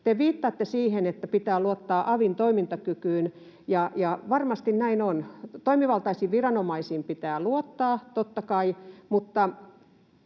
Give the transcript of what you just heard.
Te viittaatte siihen, että pitää luottaa avin toimintakykyyn, ja varmasti näin on. Toimivaltaisiin viranomaisiin pitää luottaa, totta kai,